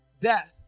death